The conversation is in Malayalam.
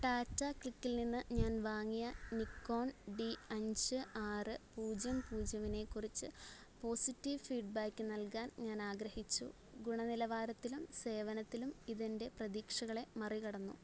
റ്റാറ്റ ക്ലിക്കിൽ നിന്നു ഞാൻ വാങ്ങിയ നിക്കോൺ ഡി അഞ്ച് ആറ് പൂജ്യം പൂജ്യമിനെ കുറിച്ച് പോസിറ്റീവ് ഫീഡ് ബാക്ക് നൽകാൻ ഞാൻ ആഗ്രഹിച്ചു ഗുണനിലവാരത്തിലും സേവനത്തിലും ഇതെൻ്റെ പ്രതീക്ഷകളെ മറികടന്നു